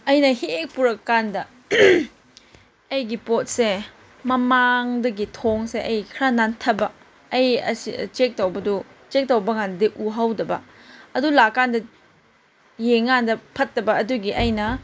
ꯑꯩꯅ ꯍꯦꯛ ꯄꯨꯔꯛ ꯀꯥꯟꯗ ꯑꯩꯒꯤ ꯄꯣꯠꯁꯦ ꯃꯃꯥꯡꯗꯒꯤ ꯊꯣꯡꯁꯦ ꯑꯩ ꯈꯔ ꯅꯥꯟꯊꯕ ꯑꯩ ꯑꯁꯤ ꯆꯦꯛ ꯇꯧꯕꯗꯣ ꯆꯦꯛ ꯇꯧꯕ ꯀꯥꯟꯗꯗꯤ ꯎꯍꯧꯗꯕ ꯑꯗꯨ ꯂꯥꯛ ꯀꯥꯟꯗ ꯌꯦꯡ ꯀꯥꯟꯗ ꯐꯠꯇꯕ ꯑꯗꯨꯒꯤ ꯑꯩꯅ